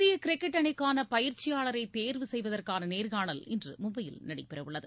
இந்திய கிரிக்கெட் அணிக்கான பயிற்சியாளரை தேர்வு செய்வதற்கான நேர்க்காணல் இன்று மும்பையில் நடைபெறவுள்ளது